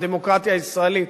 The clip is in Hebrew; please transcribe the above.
הדמוקרטיה הישראלית,